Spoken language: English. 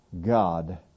God